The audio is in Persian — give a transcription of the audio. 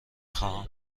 خواهم